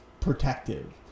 protective